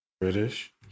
British